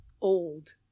old